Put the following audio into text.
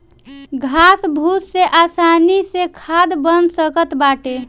घास फूस से आसानी से खाद बन सकत बाटे